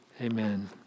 Amen